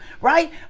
right